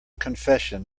confession